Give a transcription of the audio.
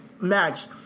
match